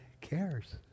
cares